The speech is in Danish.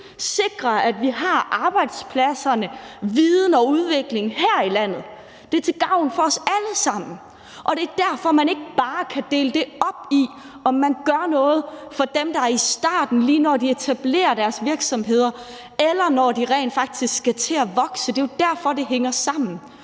sikre, at vi har arbejdspladserne, viden og udvikling her i landet. Det er til gavn for os alle sammen, og det er derfor, man ikke bare kan dele det op, i forhold til om man gør noget for dem, der er i starten, lige når de etablerer deres virksomheder, eller i forhold til dem, der rent faktisk skal til at vokse. Det er jo derfor, det hænger sammen.